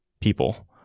people